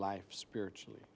life spiritually